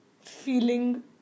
feeling